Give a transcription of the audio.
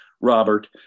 Robert